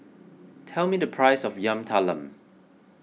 tell me the price of Yam Talam